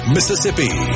Mississippi